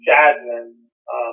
Jasmine